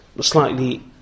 slightly